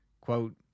Quote